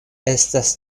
estas